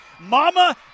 Mama